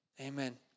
Amen